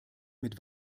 mit